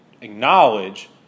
acknowledge